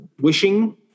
wishing